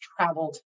traveled